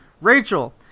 rachel